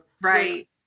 Right